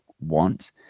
want